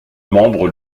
membre